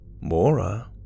Mora